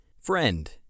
Friend